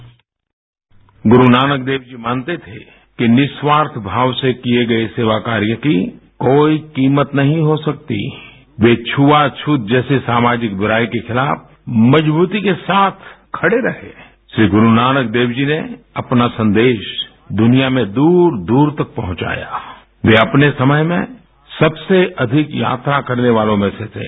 bite Guru Nanak Dev जी मानते थे कि निस्वार्थ भाव से किए गए सेवा कार्य की कोई कीमत नहीं हो सकतीद्य वे छुआ छूत जैसे सामाजिक बुराई के खिलाफ मजबूती के साथ खड़े रहेद्य श्री गुरुनानक देव जी ने अपना सन्देश दुनिया में दूर दूर तक पहुँचायाद्य वे अपने समय में सबसे अधिक यात्रा करने वालों में से थे